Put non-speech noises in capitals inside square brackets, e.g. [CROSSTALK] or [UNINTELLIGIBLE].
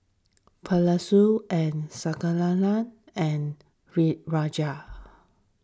[UNINTELLIGIBLE] and [UNINTELLIGIBLE] and Re Rajesh